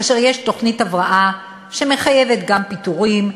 כאשר יש תוכנית הבראה שמחייבת גם פיטורים,